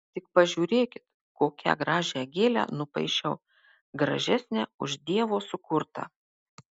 tik pažiūrėkit kokią gražią gėlę nupaišiau gražesnę už dievo sukurtą